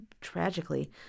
tragically